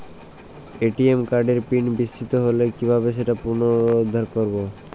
ATM কার্ডের PIN বিস্মৃত হলে কীভাবে সেটা পুনরূদ্ধার করব?